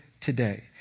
today